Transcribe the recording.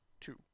two